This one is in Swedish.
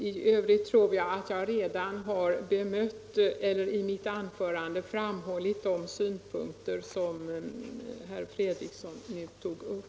I övrigt tror jag att jag redan i mitt tidigare anförande bemötte de synpunkter som herr Fredriksson nu tog upp.